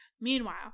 Meanwhile